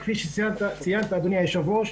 כפי שציינת, אדוני היושב-ראש,